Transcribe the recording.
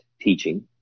teaching